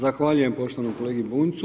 Zahvaljujem poštovanom kolegi Bunjcu.